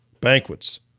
banquets